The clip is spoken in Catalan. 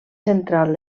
central